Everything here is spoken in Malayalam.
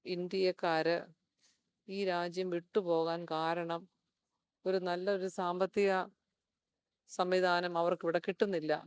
ഇന്ത്യക്കാർ ഈ രാജ്യം വിട്ടു പോകാൻ കാരണം ഒരു നല്ല ഒരു സാമ്പത്തിക സംവിധാനം അവർക്കിവിടെ കിട്ടുന്നില്ല